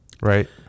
right